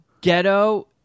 ghetto